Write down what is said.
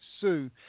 Sue